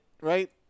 right